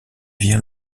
vient